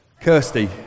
Kirsty